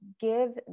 give